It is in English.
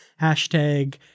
Hashtag